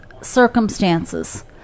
circumstances